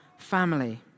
family